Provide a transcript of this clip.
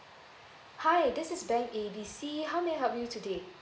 hi this is bank A B C how may I help you today